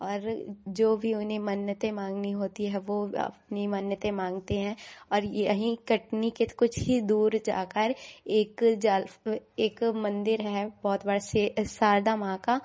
और जो भी उन्हें मन्नतें मांगनी होती है वह अपनी मन्नतें मांगते हैं और यहीं कटनी के तो कुछ ही दूर जा कर एक जाल एक मंदिर है बहुत बड़ा शारदा माँ का